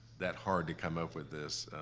that hard to come up with this,